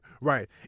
Right